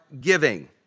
giving